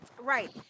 right